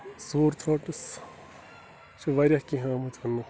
سور تھرٛوٹٕس چھِ واریاہ کیٚنٛہہ آمٕتۍ وَنٛنہٕ